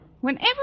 Whenever